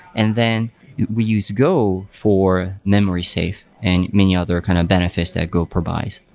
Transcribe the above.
and then we use go for memory safe and many other kind of benefits that go provides.